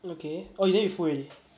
okay oh you then you full already